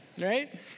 Right